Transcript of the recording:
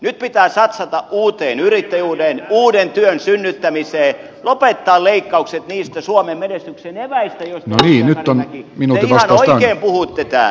nyt pitää satsata uuteen yrittäjyyteen uuden työn synnyttämiseen lopettaa leikkaukset niistä suomen menestyksen eväistä joista edustaja karimäki te ihan oikein puhuitte täällä